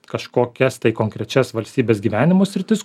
kažkokias tai konkrečias valstybės gyvenimo sritis